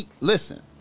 Listen